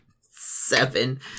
Seven